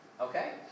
Okay